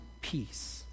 peace